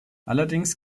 allerdings